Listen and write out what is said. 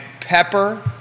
pepper